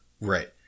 Right